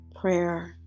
Prayer